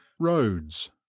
Roads